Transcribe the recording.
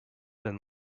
been